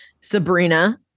Sabrina